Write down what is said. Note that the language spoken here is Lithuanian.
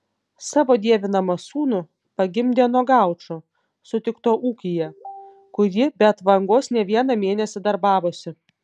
savo dievinamą sūnų pagimdė nuo gaučo sutikto ūkyje kur ji be atvangos ne vieną mėnesį darbavosi